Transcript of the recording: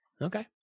okay